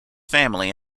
family